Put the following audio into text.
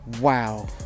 wow